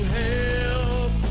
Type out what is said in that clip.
help